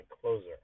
closer